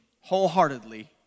wholeheartedly